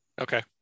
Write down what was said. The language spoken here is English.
Okay